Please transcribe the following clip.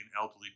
elderly